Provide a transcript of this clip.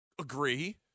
agree